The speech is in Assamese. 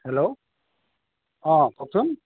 হেল্ল' অঁ কওকচোন